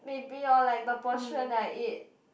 maybe or like the portion that I eat